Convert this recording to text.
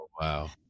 wow